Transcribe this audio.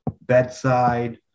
bedside